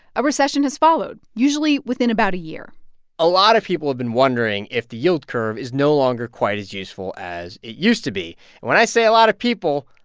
a recession has followed, usually within about a year a lot of people have been wondering if the yield curve is no longer quite as useful as it used to be. and when i say a lot of people,